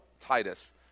Titus